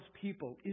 people